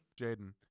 Jaden